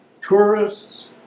tourists